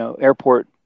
airport